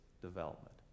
development